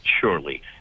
surely –